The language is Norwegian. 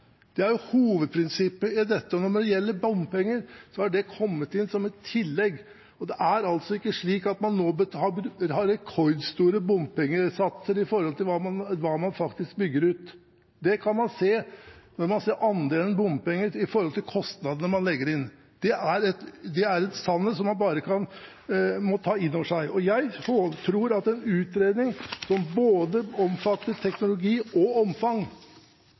Det er hovedprinsippet i dette. Når det gjelder bompenger, har det kommet inn som et tillegg. Det er altså ikke slik at man nå har rekordstore bompengesatser i forhold til hva man faktisk bygger ut. Det kan man se når man ser andelen bompenger i forhold til kostnadene man legger inn. Det er en sannhet som man bare må ta inn over seg. Jeg tror at en utredning som omfatter både teknologi og